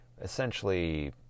essentially